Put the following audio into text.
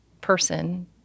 person